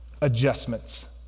adjustments